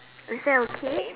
is that okay